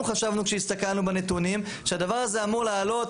אנחנו חשבנו כשהסתכלנו בנתונים שהדבר הזה אמור לעלות